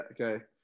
Okay